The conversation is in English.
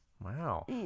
wow